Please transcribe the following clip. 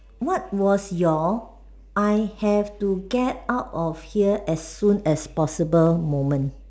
what was your I have to get out of here as soon as possible moment